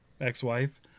ex-wife